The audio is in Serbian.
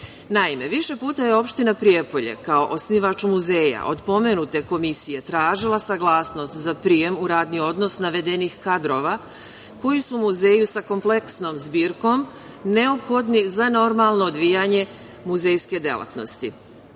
više puta je opština Prijepolje, kao osnivač muzeja, od pomenute Komisije tražila saglasnost za prijem u radni odnos navedenih kadrova koji su muzeju sa kompleksnom zbirkom neophodni za normalno odvijanje muzejske delatnosti. Muzej